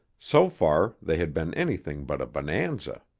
so far they had been anything but a bonanza.